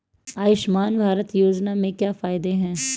आयुष्मान भारत योजना के क्या फायदे हैं?